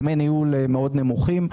ודמי הניהול מאוד נמוכים.